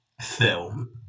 film